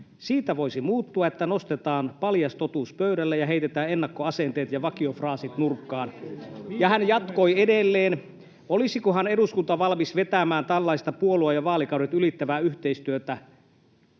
Siitä voisi muuttua, että nostetaan paljas totuus pöydälle ja heitetään ennakkoasenteet ja vakiofraasit nurkkaan.” Ja hän jatkoi edelleen: ”Olisikohan eduskunta valmis vetämään tällaista puolue- ja vaalikaudet ylittävää yhteistyötä?”